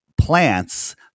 plants